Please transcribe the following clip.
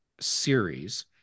series